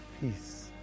peace